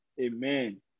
Amen